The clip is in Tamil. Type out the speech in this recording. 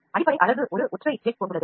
அடிப்படை அலகு ஒற்றை ஜெட்டைக் கொண்டுள்ளது